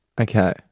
Okay